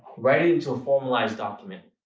write it into a formalized document.